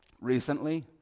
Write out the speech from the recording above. recently